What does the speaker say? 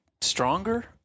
stronger